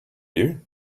you